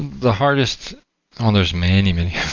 the hardest oh, there's many, many.